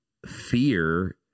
fear